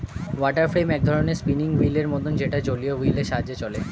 water frame এক ধরণের spinning wheel এর মতন যেটা একটা জলীয় হুইল এর সাহায্যে চলে